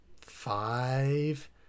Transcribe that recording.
five